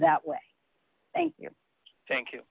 that way thank you thank you